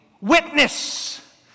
witness